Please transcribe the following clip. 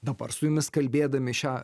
dabar su jumis kalbėdami šią